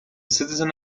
citizen